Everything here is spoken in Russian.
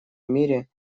мире